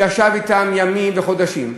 ישב אתם ימים וחודשים.